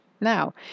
Now